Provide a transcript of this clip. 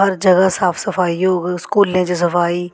हर जगह साफ सफाई होग स्कूलें च सफाई